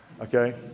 Okay